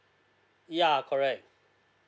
yeah correct